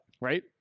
right